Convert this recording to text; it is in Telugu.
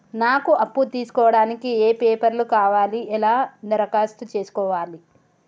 నాకు అప్పు తీసుకోవడానికి ఏ పేపర్లు కావాలి ఎలా దరఖాస్తు చేసుకోవాలి?